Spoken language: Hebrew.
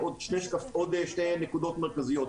יש עוד שתי נקודות מרכזיות.